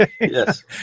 Yes